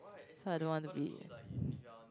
so I don't to be